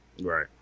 Right